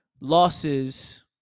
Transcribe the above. losses